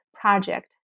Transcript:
project